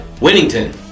Winnington